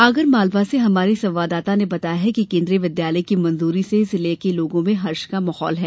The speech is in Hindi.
आगरमालवा से हमारे संवाददाता ने बताया है कि केन्द्रीय विद्यालय की मंजूरी से जिले के लोगों में हर्ष का माहौल है